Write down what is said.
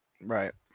Right